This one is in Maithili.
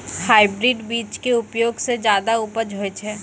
हाइब्रिड बीज के उपयोग सॅ ज्यादा उपज होय छै